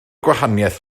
gwahaniaeth